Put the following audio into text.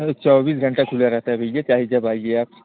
चौबीस घंटा खुला रहता है भईया चाहे जब आइए आप